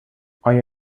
آیا